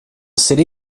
city